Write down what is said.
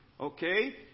Okay